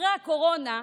אחרי הקורונה,